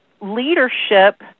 leadership